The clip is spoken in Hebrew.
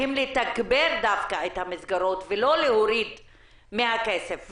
לתגבר דווקא את המסגרות ולא להוריד מהכסף.